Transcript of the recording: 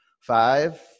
Five